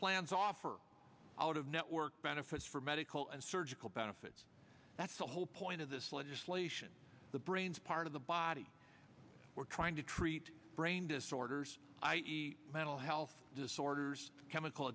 plans offer out of network benefits for medical and surgical benefits that's the whole point of this legislation the brains part of the body we're trying to treat brain disorders i e mental health disorders chemical